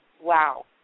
Wow